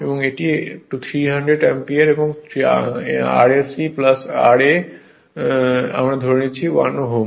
এবং এটি 300 অ্যাম্পিয়ার এবং Rse ra আমরা ধরে নিই মোট 1 Ω হয়